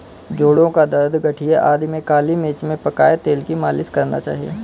जोड़ों का दर्द, गठिया आदि में काली मिर्च में पकाए तेल की मालिश करना चाहिए